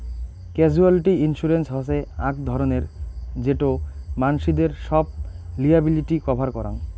casualty insurance হসে আক ধরণের যেটো মানসিদের সব লিয়াবিলিটি কভার করাং